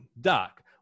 Doc